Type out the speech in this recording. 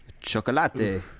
Chocolate